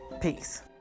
Peace